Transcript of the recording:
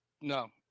No